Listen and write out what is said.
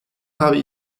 habe